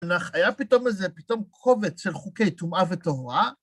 היה פתאום איזה, פתאום כובד של חוקי טומאה וטוהרה.